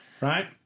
right